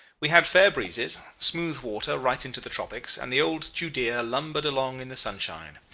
we had fair breezes, smooth water right into the tropics, and the old judea lumbered along in the sunshine.